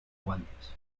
guantes